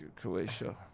Croatia